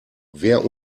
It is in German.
wer